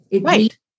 Right